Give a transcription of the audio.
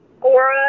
aura